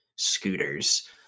scooters